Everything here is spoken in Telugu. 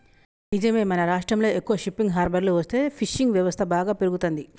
నిజమే మన రాష్ట్రంలో ఎక్కువ షిప్పింగ్ హార్బర్లు వస్తే ఫిషింగ్ వ్యవస్థ బాగా పెరుగుతంది